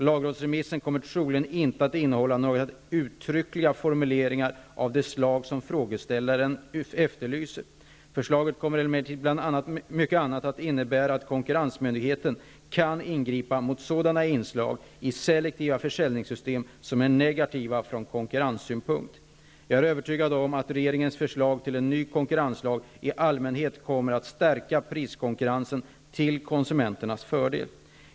Lagrådsremissen kommer troligen inte att innehålla några uttryckliga formuleringar av det slag som frågeställaren efterlyser. Förslaget kommer emellertid bland mycket annat att innebära att konkurrensmyndigheten kan ingripa mot sådana inslag i selektiva försäljningssystem som är negativa från konkurrenssynpunkt. Jag är övertygad om att regeringens förslag till en ny konkurrenslag i allmänhet kommer att stärka priskonkurrensen till konsumenternas fördel.